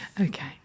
okay